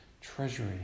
treasury